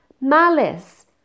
malice